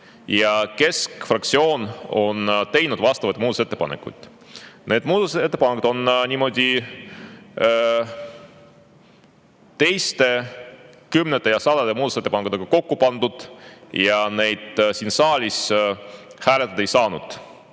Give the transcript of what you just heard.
Keskfraktsioon on teinud vastavad muudatusettepanekud. Need muudatusettepanekud on aga teiste kümnete ja sadade ettepanekutega kokku pandud ja neid siin saalis hääletada ei saanud.